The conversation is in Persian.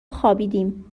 خوابیدیم